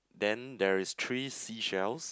then there is three seashells